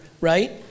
right